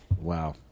Wow